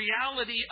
reality